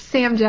Sam